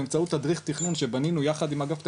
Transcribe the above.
באמצעות תדריך תכנון שבנינו יחד עם אגף התקציבים,